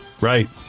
Right